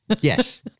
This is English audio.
Yes